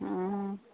ಹ್ಞೂ